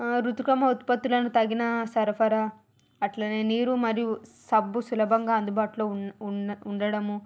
ఋతుక్రమ ఉత్పత్తులను తగిన సరఫరా అలానే నీరు మరియు సబ్బు సులభంగా అందుబాటులో ఉ ఉన్న ఉండడము